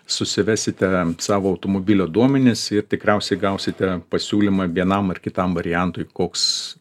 susivesite savo automobilio duomenis ir tikriausiai gausite pasiūlymą vienam ar kitam variantui koks